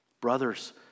Brothers